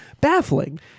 baffling